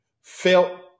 felt